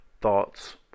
thoughts